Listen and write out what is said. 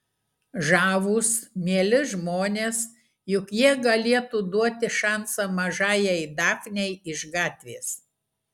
žavūs mieli žmonės juk jie galėtų duoti šansą mažajai dafnei iš gatvės